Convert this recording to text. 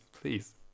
please